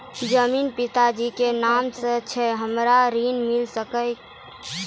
जमीन पिता जी के नाम से छै हमरा के ऋण मिल सकत?